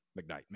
McKnight